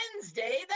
Wednesday